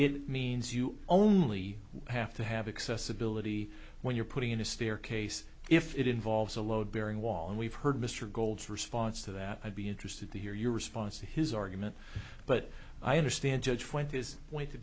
it means you only have to have excess ability when you're putting in a stair case if it involves a load bearing wall and we've heard mr gold's response to that i'd be interested to hear your response to his argument but i understand judge went